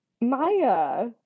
Maya